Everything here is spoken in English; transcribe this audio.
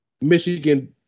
Michigan